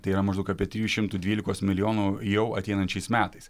tai yra maždaug apie trijų šimtų dvylikos milijonų jau ateinančiais metais